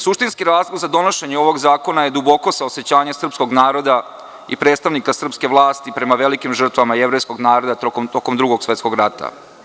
Suštinski razlog za donošenje ovog zakona duboko saosećanje srpskog naroda i predstavnika srpske vlasti prema velikim žrtvama jevrejskog naroda tokom Drugog svetskog rata.